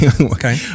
Okay